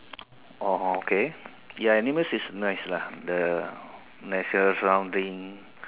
oh K ya animals is nice lah the natural surrounding